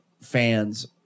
fans